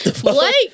Blake